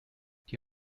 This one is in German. die